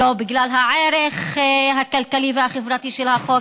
לא בגלל הערך הכלכלי והחברתי של החוק,